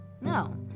no